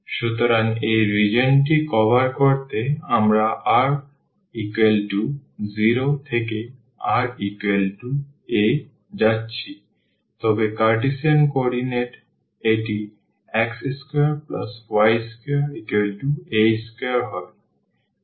সুতরাং এই রিজিওনটি কভার করতে আমরা r0 থেকে ra যাচ্ছি তবে কার্টেসিয়ান কোঅর্ডিনেট এটি x2y2a2 হবে